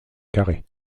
carré